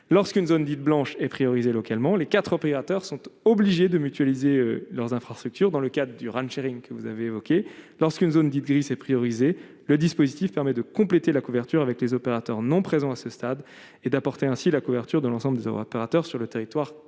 lorsqu'une zone dite blanche et prioriser localement les 4 opérateurs sont obligés de mutualiser leurs infrastructures, dans le cas du Ran sharing, que vous avez évoquée lorsqu'une zone d'Itinéris et prioriser le dispositif permet de compléter la couverture avec les opérateurs non présent à ce stade et d'apporter ainsi la couverture de l'ensemble des opérateurs sur le territoire concerné,